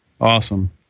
Awesome